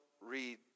read